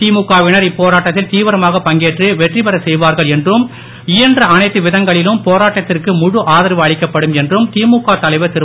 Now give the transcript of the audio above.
திமுக வினர் இப்போராட்டத்தில் தீவிரமாக பங்கேற்று வெற்றி பெற செய்வார்கள் என்றும் இயன்ற எல்லா விதங்களிலும் போராட்டத்திற்கு முழு ஆதரவு அளிக்கப்படும் என்றும் திமுக தலைவர் திரு